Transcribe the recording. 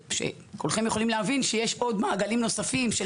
כולכם יכולים להבין שיש מעגלים נוספים של